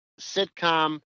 sitcom